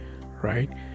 right